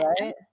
right